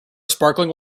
sparkling